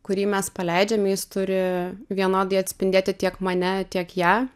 kurį mes paleidžiam jis turi vienodai atspindėti tiek mane tiek ją